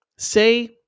Say